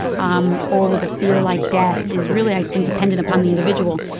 um or with a fear like death is really i think dependent upon the individual.